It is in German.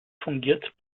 fungiert